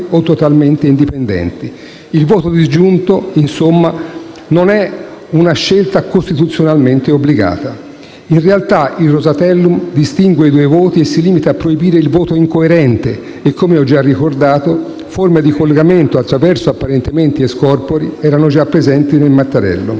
Il voto disgiunto, insomma, non è una scelta costituzionalmente obbligata. In realtà il Rosatellum distingue i due voti e si limita a proibire il voto incoerente e - come ho già ricordato - forme di collegamento, attraverso apparentamenti e scorpori, erano già presenti nel Mattarellum.